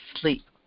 sleep